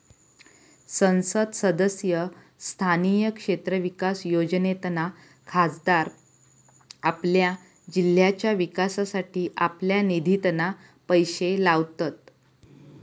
संसद सदस्य स्थानीय क्षेत्र विकास योजनेतना खासदार आपल्या जिल्ह्याच्या विकासासाठी आपल्या निधितना पैशे लावतत